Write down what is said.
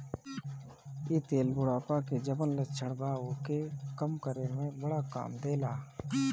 इ तेल बुढ़ापा के जवन लक्षण बा ओके कम करे में बड़ा काम देला